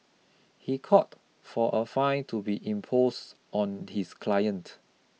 he called for a fine to be impose on his client